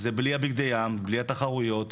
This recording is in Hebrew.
זה בלי הבגדי ים, בלי התחרויות,